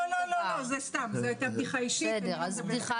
זו היתה בדיחה